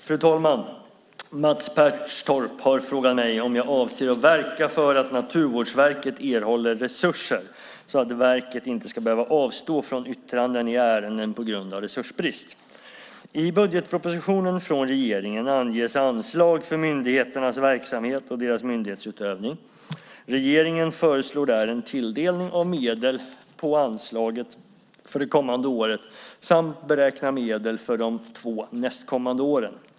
Fru talman! Mats Pertoft har frågat mig om jag avser att verka för att Naturvårdsverket erhåller resurser så att verket inte ska behöva avstå från yttranden i ärenden på grund av resursbrist. I budgetpropositionen från regeringen anges anslag för myndigheternas verksamhet och deras myndighetsutövning. Regeringen föreslår där en tilldelning av medel på anslaget för det kommande året samt beräknar medel för de två nästkommande åren.